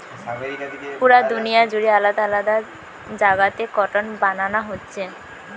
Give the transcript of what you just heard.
পুরা দুনিয়া জুড়ে আলাদা আলাদা জাগাতে কটন বানানা হচ্ছে